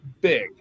big